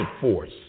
force